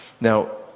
Now